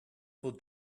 for